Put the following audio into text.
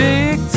Big